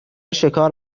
شکار